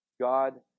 God